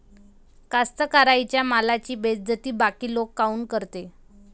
कास्तकाराइच्या मालाची बेइज्जती बाकी लोक काऊन करते?